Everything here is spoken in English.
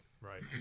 Right